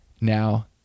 Now